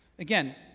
Again